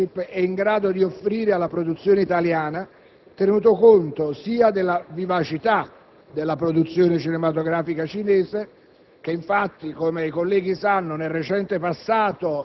nonché dalle potenzialità che tale *partnership* è in grado di offrire alla produzione italiana. Infatti, si deve tener conto, da un lato, della vivacità della produzione cinematografica cinese,